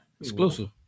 Exclusive